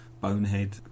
bonehead